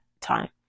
time